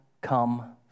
come